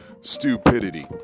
stupidity